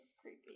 creepy